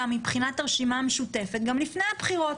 מבחינת הרשימה המשותפת גם לפני הבחירות.